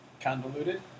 convoluted